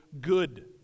good